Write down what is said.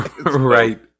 Right